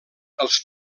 els